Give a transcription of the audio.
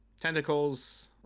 tentacles